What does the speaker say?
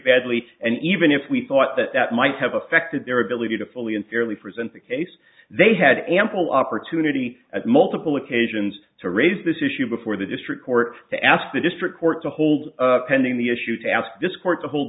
badly and even if we thought that that might have affected their ability to fully and fairly present the case they had ample opportunity at multiple occasions to raise this issue before the district court to ask the district court to hold pending the issue to ask this court to hol